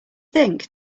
think